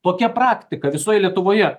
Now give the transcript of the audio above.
tokia praktika visoj lietuvoje